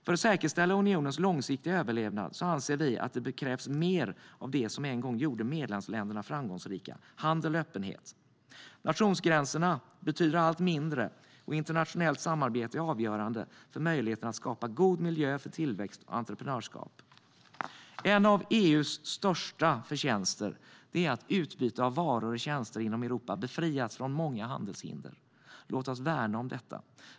För att säkerställa unionens långsiktiga överlevnad anser vi att det krävs mer av det som en gång gjorde medlemsländerna framgångsrika, handel och öppenhet. Nationsgränserna betyder allt mindre. Internationellt samarbete är avgörande för möjligheten att skapa god miljö för tillväxt och entreprenörskap. En av EU:s största förtjänster är att utbyte av varor och tjänster inom Europa befriats från många handelshinder. Låt oss värna om detta.